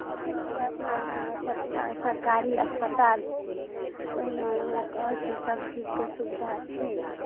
जेना कि अपना गाँवमे सरकारी अस्पताल छै ओहिमे अहाँके से सभ चीजके सुविधा छै